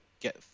get